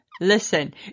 listen